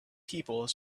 people